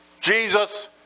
Jesus